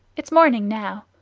it's morning now.